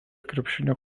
krepšinio